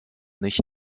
nicht